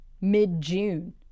mid-June